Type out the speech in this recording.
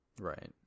Right